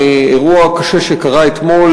לאירוע קשה שקרה אתמול.